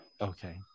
Okay